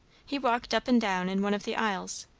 he walked up and down in one of the aisles,